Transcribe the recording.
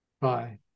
Bye